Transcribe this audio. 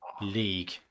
League